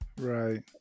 Right